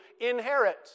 inherit